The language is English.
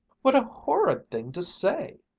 what a horrid thing to say!